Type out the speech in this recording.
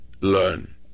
learn